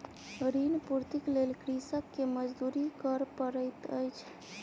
ऋण पूर्तीक लेल कृषक के मजदूरी करअ पड़ैत अछि